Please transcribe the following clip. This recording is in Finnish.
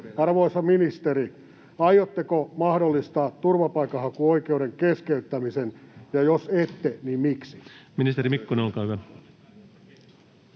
Arvoisa ministeri, aiotteko mahdollistaa turvapaikanhakuoikeuden keskeyttämisen, ja jos ette, niin miksi? Ministeri Mikkonen, olkaa hyvä.